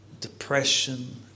depression